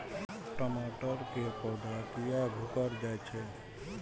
टमाटर के पौधा किया घुकर जायछे?